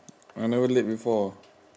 I never late before